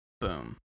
boom